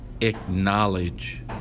acknowledge